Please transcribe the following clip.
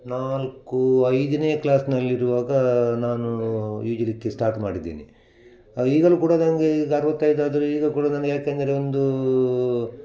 ನಾಲ್ಕು ಐದನೇ ಕ್ಲಾಸ್ನಲ್ಲಿರುವಾಗ ನಾನು ಈಜಲಿಕ್ಕೆ ಸ್ಟಾರ್ಟ್ ಮಾಡಿದ್ದೇನೆ ಈಗಲು ಕೂಡ ನನಗೇ ಈಗ ಅರವತ್ತೈದಾದ್ರು ಈಗ ಕೂಡ ನಾನು ಯಾಕೆಂದರೆ ಒಂದು